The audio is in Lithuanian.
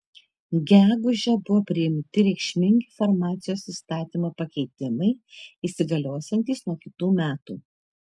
gegužę buvo priimti reikšmingi farmacijos įstatymo pakeitimai įsigaliosiantys nuo kitų metų